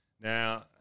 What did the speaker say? Now